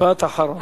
משפט אחרון.